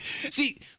See